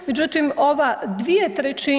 Međutim, ova 2/